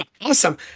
awesome